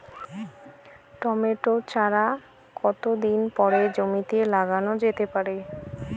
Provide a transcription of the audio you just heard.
Tomato চারা কতো দিন পরে জমিতে লাগানো যেতে পারে?